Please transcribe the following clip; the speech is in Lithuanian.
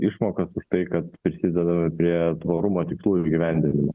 išmokas už tai kad prisidedame prie tvarumo tikslų įgyvendinimo